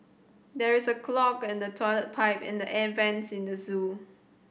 there is a clog in the toilet pipe and the air vents in the zoo